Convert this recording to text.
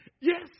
Yes